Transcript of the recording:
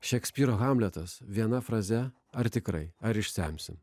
šekspyro hamletas viena fraze ar tikrai ar išsemsime